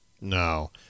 No